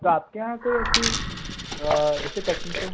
तो आपके यहाँ कोई ऐसी ऐसे टेक्निकल